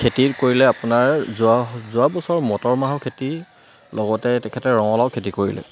খেতি কৰিলে আপোনাৰ যোৱা যোৱা বছৰ মটৰ মাহৰ খেতি লগতে তেখেতে ৰঙালাও খেতি কৰিলে